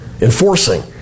enforcing